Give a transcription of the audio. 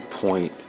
point